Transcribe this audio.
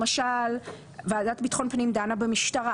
למשל ועדת ביטחון הפנים דנה במשטרה,